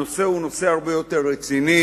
הנושא הוא נושא הרבה יותר רציני,